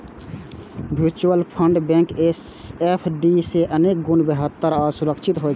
mutual fund bank FD सं अनेक गुणा बेहतर आ सुरक्षित होइ छै